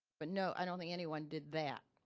but no, i don't think anyone did that.